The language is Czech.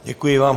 Děkuji vám.